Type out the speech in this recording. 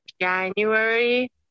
January